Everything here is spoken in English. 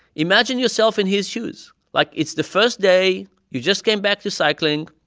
imagine yourself in his shoes. like, it's the first day. you just came back to cycling.